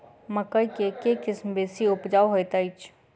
मकई केँ के किसिम बेसी उपजाउ हएत अछि?